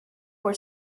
were